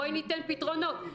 בואי ניתן פתרונות.